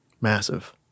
massive